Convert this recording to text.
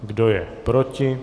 Kdo je proti?